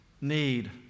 need